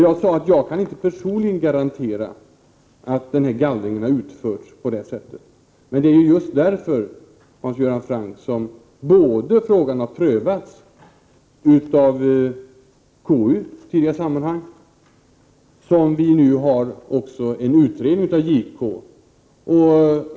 Jag sade att jag inte personligen kan garantera att gallringen har utförts på det sätt som nämnts. Det är just därför, Hans Göran Franck, som frågan har prövats av KU i tidigare sammanhang och som JK nu gör en utredning.